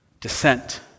descent